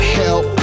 help